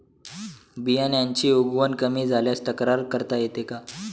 बियाण्यांची उगवण कमी झाल्यास तक्रार करता येते का?